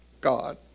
God